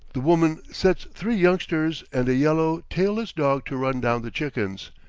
the woman sets three youngsters and a yellow, tailless dog to run down the chickens,